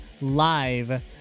live